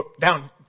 down